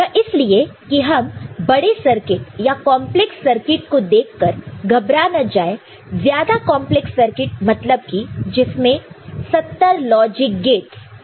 यह इसलिए की हम बड़े सर्किट या कंपलेक्स सर्किट को देखकर घबरा न जाए ज्यादा कंपलेक्स सर्किट मतलब की जिसमें 70 लॉजिक गेटस होते हैं